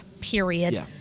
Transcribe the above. period